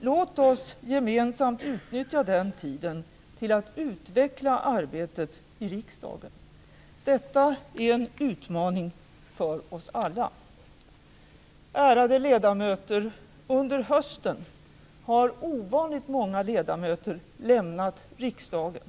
Låt oss gemensamt utnyttja den tiden till att utveckla arbetet i riksdagen. Detta är en utmaning för oss alla. Ärade ledamöter! Under hösten har ovanligt många ledamöter lämnat riksdagen.